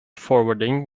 forwarding